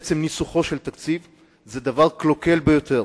עצם ניסוח התקציב הוא דבר קלוקל ביותר,